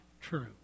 true